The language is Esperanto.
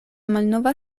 malnova